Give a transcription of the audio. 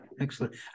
excellent